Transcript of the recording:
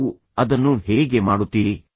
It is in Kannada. ನೀವು ಅದನ್ನು ಹೇಗೆ ಮಾಡುತ್ತೀರಿ